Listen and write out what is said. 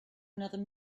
another